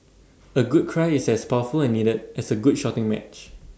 A good cry is as powerful and needed as A good shouting match